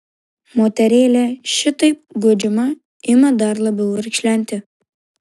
moterėlė šitaip guodžiama ima dar labiau verkšlenti